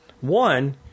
One